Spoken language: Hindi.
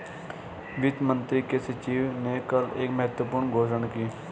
वित्त मंत्री के सचिव ने कल एक महत्वपूर्ण घोषणा की